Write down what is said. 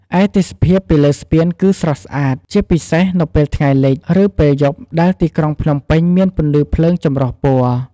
ឯទេសភាពពីលើស្ពានគឺស្រស់ស្អាត ជាពិសេសនៅពេលថ្ងៃលិច ឬពេលយប់ដែលទីក្រុងភ្នំពេញមានពន្លឺភ្លើងចម្រុះពណ៌។